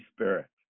Spirit